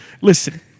listen